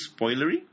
spoilery